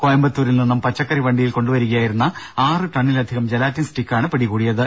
കോയമ്പത്തൂരിൽ നിന്നും പച്ചക്കറി വണ്ടിയിൽ കൊണ്ടുവരികയായിരുന്ന ആറു ടണ്ണിലധികം ജലാറ്റിൻ സ്റ്റിക്കാണ് പിടികൂടിയത്